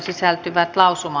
lausumaehdotus